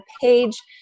page